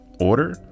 order